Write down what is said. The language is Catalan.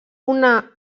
una